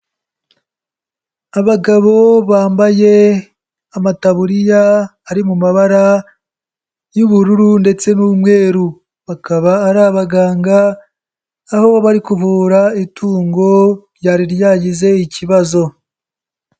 Abagabo bambaye amataburiya ari mu mabara y'ubururu ndetse n'umweru, bakaba ari abaganga aho bari kuvura itungo ryari ryagize ikibazo.